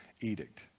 edict